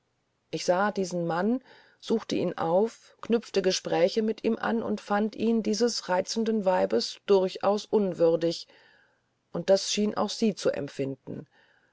ich sah diesen mann suchte ihn auf knüpfte gespräche mit ihm an und fand ihn dieses reizenden weibes durchaus unwürdig und das schien auch sie zu empfinden